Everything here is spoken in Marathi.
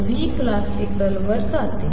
वर जाते